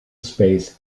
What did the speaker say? space